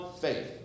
faith